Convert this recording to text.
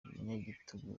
umunyagitugu